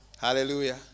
Hallelujah